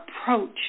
approach